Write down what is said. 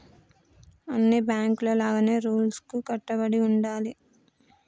అన్ని బాంకుల లాగానే రూల్స్ కు కట్టుబడి ఉండాలి